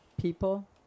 people